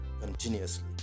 continuously